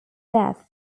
death